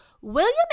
William